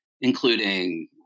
including